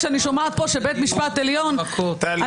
כשאני שומעת פה שבית משפט עליון --- טלי.